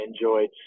enjoyed